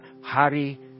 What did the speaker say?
hari